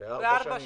בארבע שנים.